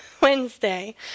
Wednesday